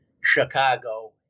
Chicago